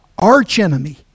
archenemy